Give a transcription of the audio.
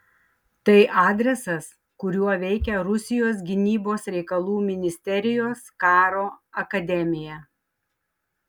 tai adresas kuriuo veikia rusijos gynybos reikalų ministerijos karo akademija